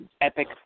epic